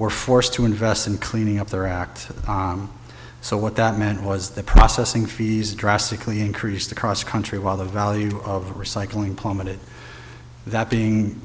were forced to invest in cleaning up their act so what that meant was the processing fees drastically increased across country while the value of the recycling plummeted that being